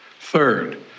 Third